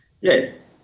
Yes